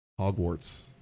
Hogwarts